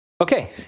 Okay